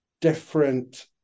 different